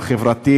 החברתי